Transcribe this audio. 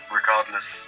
regardless